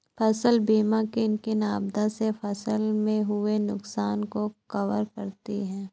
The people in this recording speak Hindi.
फसल बीमा किन किन आपदा से फसल में हुए नुकसान को कवर करती है